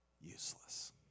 useless